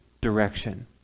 direction